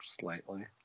slightly